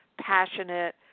passionate